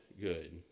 good